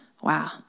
Wow